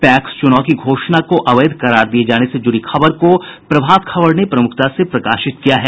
PACS चुनाव की घोषणा को अवैध करार दिये जाने से जुड़ी खबर को प्रभात खबर ने प्रमुखता से प्रकाशित किया है